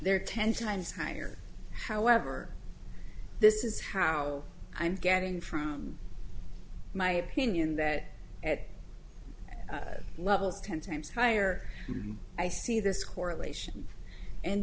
are ten times higher however this is how i'm getting from my opinion that at levels ten times higher i see this correlation and